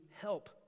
help